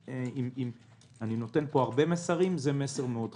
אני נותן פה הרבה מסרים, וזה מסר מאוד חשוב.